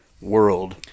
world